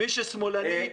מי ששמאלנית